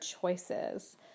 choices